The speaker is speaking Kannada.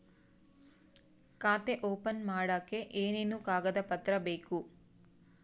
ಖಾತೆ ಓಪನ್ ಮಾಡಕ್ಕೆ ಏನೇನು ಕಾಗದ ಪತ್ರ ಬೇಕು?